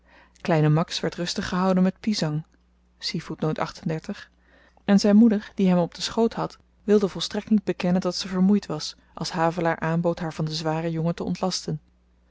kleine max werd rustig gehouden met pisang en zyn moeder die hem op den schoot had wilde volstrekt niet bekennen dat ze vermoeid was als havelaar aanbood haar van den zwaren jongen te ontlasten